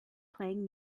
playing